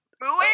Booing